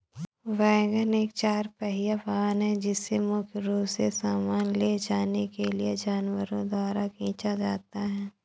wagon एक चार पहिया वाहन है जिसे मुख्य रूप से सामान ले जाने के लिए जानवरों द्वारा खींचा जाता है